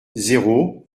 zéro